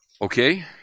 Okay